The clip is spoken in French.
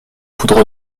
poudre